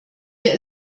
wir